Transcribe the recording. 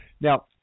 Now